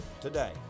today